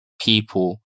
people